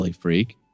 Freak